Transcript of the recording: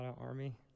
Army